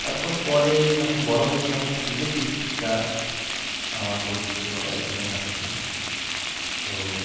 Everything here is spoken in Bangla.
তারপর পরে যখন বড়ো হয়েছি তখন শিখেছি কিছুটা আমার পরিচিত একজনের কাছ থেকে তো